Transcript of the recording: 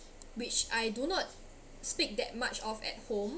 which I do not speak that much of at home